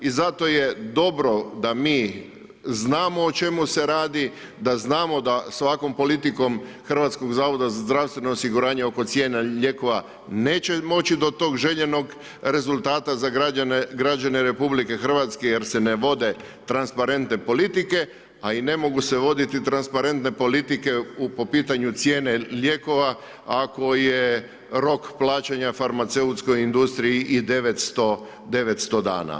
I zato je dobro da mi znamo o čemu se radi, da znamo da sa ovakvom politikom HZZO oko cijena lijekova neće moći do tog željenog rezultata za građane RH jer se ne vode transparente politike a i ne mogu se voditi transparentne politike po pitanju cijene lijekova ako je rok plaćanja farmaceutskoj industriji i 900 dana.